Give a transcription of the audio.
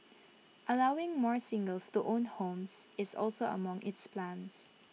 allowing more singles to own homes is also among its plans